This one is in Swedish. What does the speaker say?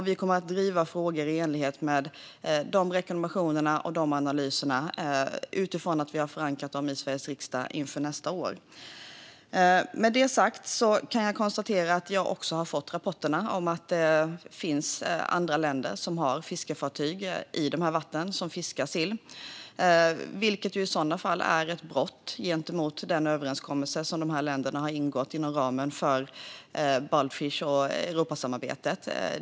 Vi kommer att driva frågor i enlighet med rekommendationerna och analyserna efter att vi har förankrat dem i Sveriges riksdag inför nästa år. Med detta sagt kan jag konstatera att även jag har fått rapporterna om att det finns andra länder som har fiskefartyg i dessa vatten och som fiskar sill. Det är i sådana fall ett brott gentemot den överenskommelse som länderna har ingått inom ramen för Baltfish och Europasamarbetet.